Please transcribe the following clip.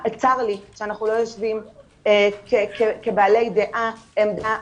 צר לי שאנחנו לא יושבים כבעלי דעה, עמדה.